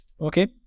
Okay